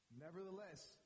nevertheless